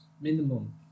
minimum